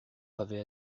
avait